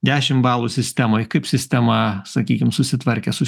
dešim balų sistemoj kaip sistema sakykim susitvarkė su